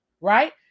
right